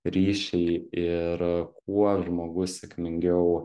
ryšiai ir kuo žmogus sėkmingiau